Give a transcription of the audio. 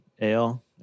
ale